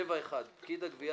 7(1) פקיד הגבייה